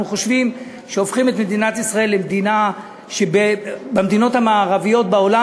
אנחנו חושבים שהופכים את מדינת ישראל למדינה שהמדינות המערביות בעולם,